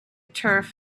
turf